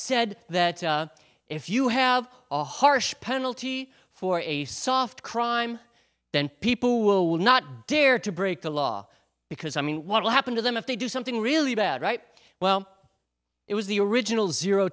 said that if you have a harsh penalty for a soft crime then people will not dare to break the law because i mean what will happen to them if they do something really bad right well it was the original zero